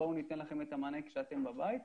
ייתנו להם את המענה כשהם בבית.